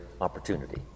opportunity